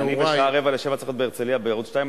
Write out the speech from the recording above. מס' פ/1216/17 ו-פ1167/17,